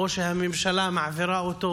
או שהממשלה מעבירה אותו,